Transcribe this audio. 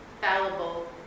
fallible